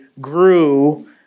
grew